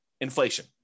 Inflation